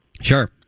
Sure